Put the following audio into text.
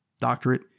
doctorate